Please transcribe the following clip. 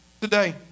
today